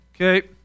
Okay